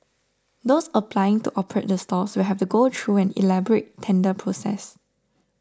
those applying to operate the stalls will have to go through an elaborate tender process